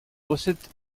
recettes